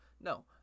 No